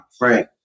Right